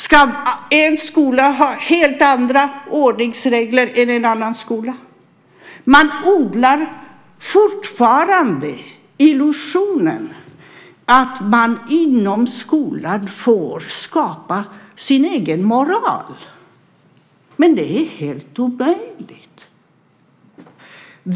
Ska en skola ha helt andra ordningsregler än en annan skola? Det odlas fortfarande en illusion om att man inom skolan får skapa sin egen moral. Men det är helt omöjligt.